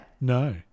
No